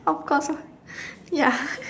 of course ya